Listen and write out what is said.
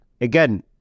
again